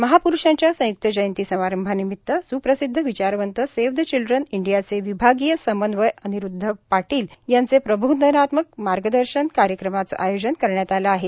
महाप्रूषांच्या संयक्त जयंती समारंभानिमित्त सुप्रसिद्ध विचारवंत सेव्ह द चिल्ड्रन इंडियाचे विभागीय समन्वय अनिरूद्ध पाटील यांचे प्रबोधनात्मक मार्गदर्शन कार्यक्रमाचे आयोजन करण्यात आले आहे